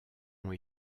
ont